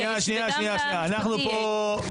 זה לא בתקנון, ואתם כל הזמן אומרים "בתקנון".